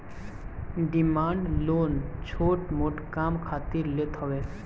demand loan छोट मोट काम खातिर लेत हवे